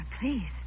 please